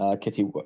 Kitty